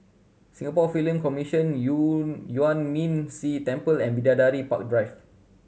Singapore Film Commission Yuan Ming Si Temple and Bidadari Park Drive